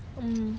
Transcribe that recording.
mm